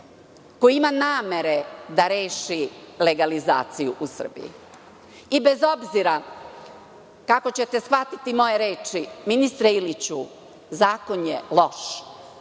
koji ima namere da reši legalizaciju u Srbiji. Bez obzira kako ćete shvatiti moje reči, ministre Iliću, zakon je loš.